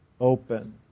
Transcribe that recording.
open